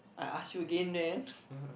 I ask you again then